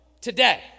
today